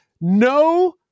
no